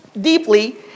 deeply